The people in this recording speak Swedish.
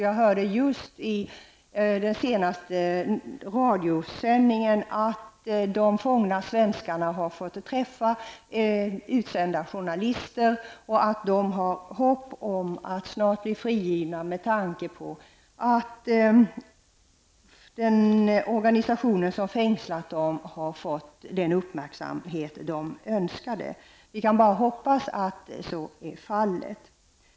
Jag hörde just i den senaste radiosändningen att de fängslade svenskarna har fått träffa utsända journalister och att de har hopp om att snart bli frigivna, för den organisation som har fängslat dem har fått den uppmärksamhet som den önskade. Vi kan bara hoppas att så är fallet.